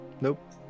Nope